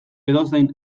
edozein